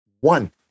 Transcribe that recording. one